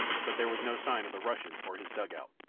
but there was no sign of the russian or his dugout.